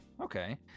Okay